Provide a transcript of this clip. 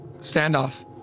standoff